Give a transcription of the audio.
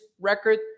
record